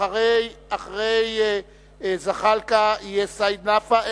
אחרי זחאלקה יהיה סעיד נפאע,